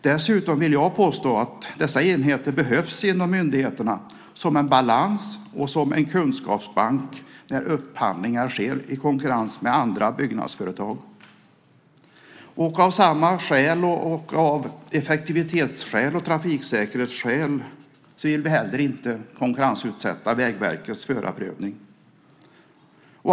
Däremot vill jag påstå att dessa enheter behövs inom myndigheterna som en balans och en kunskapsbank när upphandlingar sker i konkurrens med andra byggnadsföretag. Av samma skäl, av effektivitetsskäl och av trafiksäkerhetsskäl, vill vi inte heller konkurrensutsätta Vägverkets förarprövning.